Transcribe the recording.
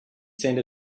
send